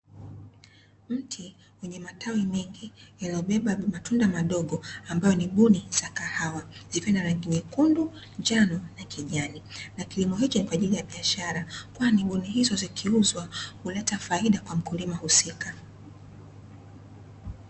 Mti wenye matawi mengi ambayo yaliyobeba matunda madogo ambazo ni guni za kahawa zikiwa na rangi nyekundu njano, na kilimo hichi ni kwa ajili ya biashara kwani guni hizo zikiuzwa huleta faida kwa mkulima husika.